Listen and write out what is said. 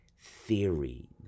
theory